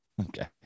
Okay